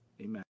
Amen